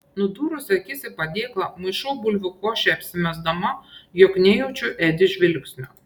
nudūrusi akis į padėklą maišau bulvių košę apsimesdama jog nejaučiu edi žvilgsnio